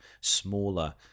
smaller